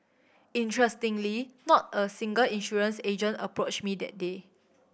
interestingly not a single insurance agent approached me that day